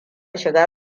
shiga